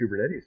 Kubernetes